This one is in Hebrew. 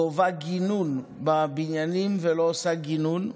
גובה גינון בבניינים ולא עושה גינון,